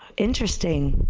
interesting.